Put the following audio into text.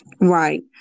Right